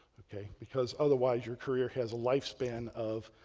ok? because otherwise, your career has a lifespan of